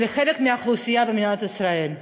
לחלק מהאוכלוסייה במדינת ישראל.